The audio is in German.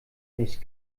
nicht